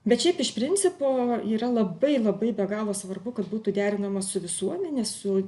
bet šiaip iš principo yra labai labai be galo svarbu kad būtų derinama su visuomene su